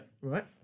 Right